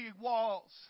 walls